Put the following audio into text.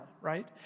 right